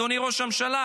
אדוני ראש הממשלה,